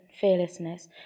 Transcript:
fearlessness